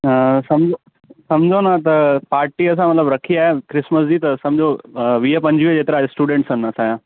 सम्झो सम्झो न त पार्टी असां मतिलब रखी आहे क्रिसमस जी त सम्झो वीह पंजवीह जेतिरा स्टूडंट्स आहिनि असांजां